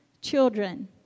children